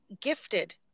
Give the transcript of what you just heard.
gifted